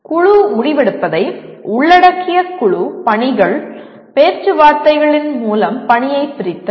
குழு முடிவெடுப்பதை உள்ளடக்கிய குழு பணிகள் பேச்சுவார்த்தைகளின் மூலம் பணியைப் பிரித்தல்